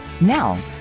Now